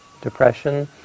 depression